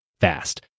fast